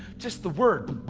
just the word.